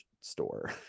store